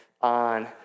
on